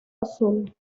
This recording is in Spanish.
azul